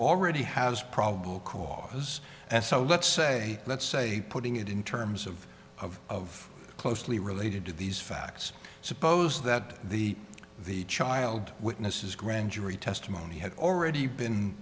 already has probable cause and so let's say let's say putting it in terms of of closely related to these facts suppose that the the child witnesses grand jury testimony had already been